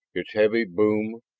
its heavy boom,